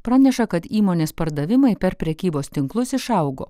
praneša kad įmonės pardavimai per prekybos tinklus išaugo